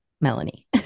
Melanie